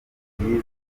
kirekire